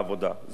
זוג,